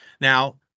Now